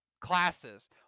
classes